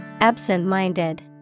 Absent-minded